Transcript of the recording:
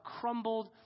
crumbled